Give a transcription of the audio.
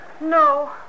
No